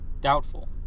doubtful